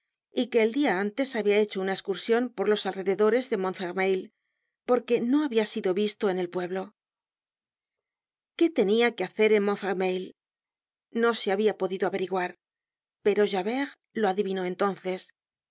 y que el dia antes habia hecho una escursion por los alrededores de montfermeil porque no habia sido visto en el pueblo qué tenia que hacer en montfermeil no se habia podido averiguar pero javert lo adivinó entonces